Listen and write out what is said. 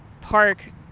park